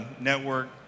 network